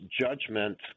judgment